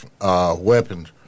weapons